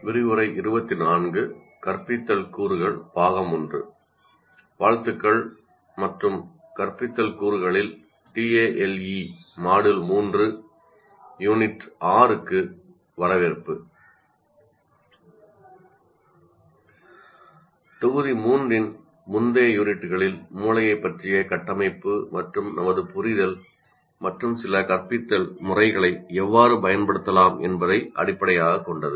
தொகுதி 3 இன் முந்தைய அலகுகளில் கட்டமைப்பு மற்றும் மூளையைப் பற்றிய நமது புரிதல் மற்றும் சில கற்பித்தல் முறைகள் எவ்வாறு பயன்படுத்தப்படலாம் என்பதை அடிப்படையாகக் கொண்டது